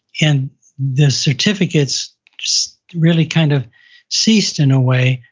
and the certificates just really kind of ceased in a way,